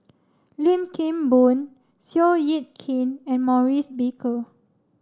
Lim Kim Boon Seow Yit Kin and Maurice Baker